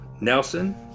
Nelson